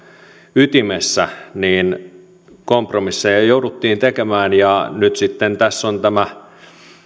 ytimessä niin kompromisseja jouduttiin tekemään ja nyt sitten tässä on